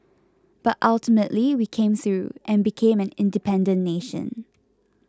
but ultimately we came through and became an independent nation